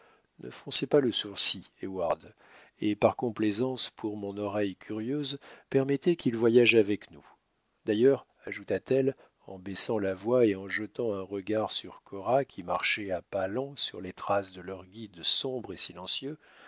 ne froncez pas le sourcil heyward et par complaisance pour mon oreille curieuse permettez qu'il voyage avec nous d'ailleurs ajouta-t-elle en baissant la voix et en jetant un regard sur cora qui marchait à pas lents sur les traces de leur guide sombre et silencieux